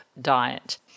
diet